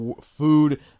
food